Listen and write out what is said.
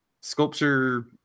sculpture